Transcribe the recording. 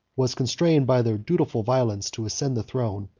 was constrained by their dutiful violence to ascend the throne,